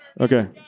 Okay